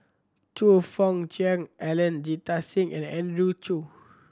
Choe Fook Cheong Alan Jita Singh and Andrew Chew